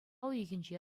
уйӑхӗнче